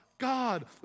God